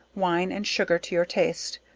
wine and sugar to your taste,